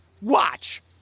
Watch